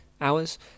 hours